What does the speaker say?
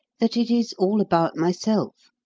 that it is all about myself.